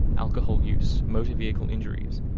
alcohol use, motor vehicle injuries,